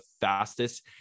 fastest